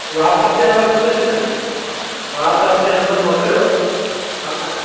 WhatsApp ते number मोकिले छॾियो न वॉट्सअप ते नंबर मोकिलियो हा